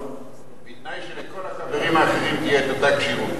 בתנאי שלכל הרבנים האחרים תהיה אותה כשירות.